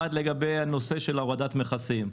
לגבי הנושא של הורדת מכסים,